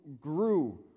grew